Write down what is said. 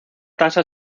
tasa